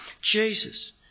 Jesus